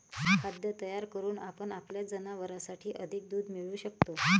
खाद्य तयार करून आपण आपल्या जनावरांसाठी अधिक दूध मिळवू शकतो